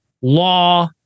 law